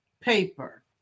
paper